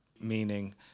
Meaning